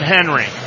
Henry